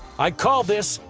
i call this,